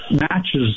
matches